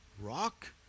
Rock